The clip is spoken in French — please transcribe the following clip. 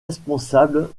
responsables